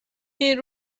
این